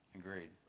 agreed